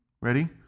Ready